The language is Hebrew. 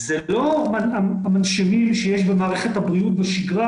זה לא המנשימים שיש במערכת הבריאות בשגרה